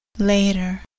Later